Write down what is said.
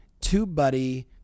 TubeBuddy